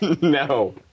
no